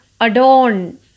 adorn